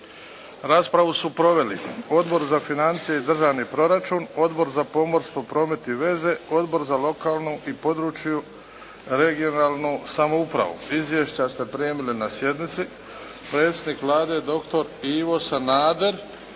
Raspravu su proveli Odbor za financije i državni proračun, Odbor za pomorstvo, promet i veze, Odbor za lokalnu i područnu regionalnu samoupravu. Izvješća ste primili na sjednici. Predsjednik Vlade doktor Ivo Sanader